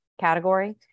category